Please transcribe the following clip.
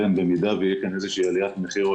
במידה שתהיה כאן איזושהי עליית מחירים